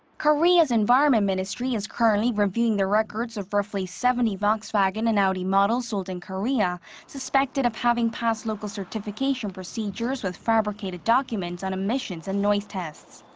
korea's environment ministry is currently reviewing the records of roughly seventy volkswagen and audi models sold in korea suspected of having passed local certification procedures with fabricated documents on emissions and noise tests.